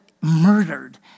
murdered